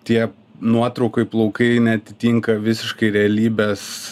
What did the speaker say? tie nuotraukoj plaukai neatitinka visiškai realybės